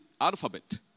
alphabet